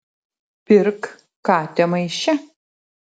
pirk katę maiše